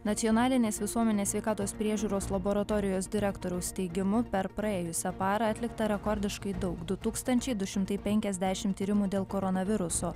nacionalinės visuomenės sveikatos priežiūros laboratorijos direktoriaus teigimu per praėjusią parą atlikta rekordiškai daug du tūkstančiai du šimtai penkiasdešimt tyrimų dėl koronaviruso